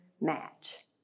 match